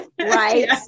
Right